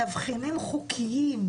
תבחינים חוקיים,